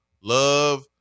love